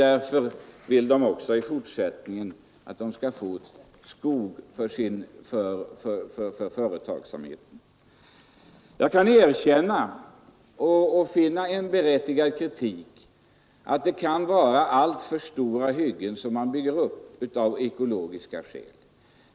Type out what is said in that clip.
Därför vill de naturligtvis få skog också i fortsättningen. Jag kan erkänna det berättigade i kritik mot att man åstadkommer ur ekologisk synpunkt alltför stora hyggen.